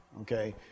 okay